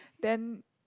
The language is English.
then